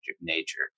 nature